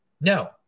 No